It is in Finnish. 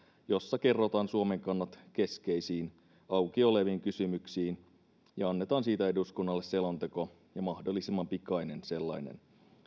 jossa kerrotaan suomen kannat keskeisiin auki oleviin kysymyksiin ja annetaan niistä eduskunnalle selonteko ja mahdollisimman pikainen sellainen